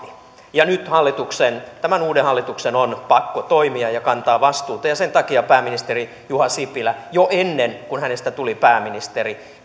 ja nyt tämän uuden hallituksen on pakko toimia ja kantaa vastuuta ja sen takia pääministeri juha sipilä jo ennen kuin hänestä tuli pääministeri